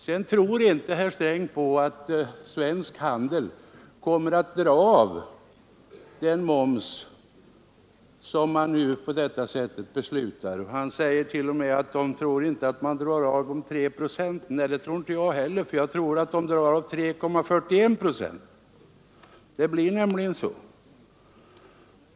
Herr Sträng tror inte på att svensk handel kommer att dra av den moms som riksdagen nu skall fatta beslut om. Han säger till och med att han inte tror att handeln kommer att dra av de 3 procenten. Nej, det gör inte jag heller, för jag tror att man kommer att dra av 3,41 procent. Det blir nämligen så mycket.